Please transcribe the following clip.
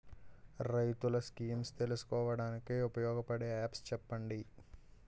రైతులు స్కీమ్స్ తెలుసుకోవడానికి ఉపయోగపడే యాప్స్ చెప్పండి?